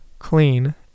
Clean